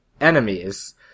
enemies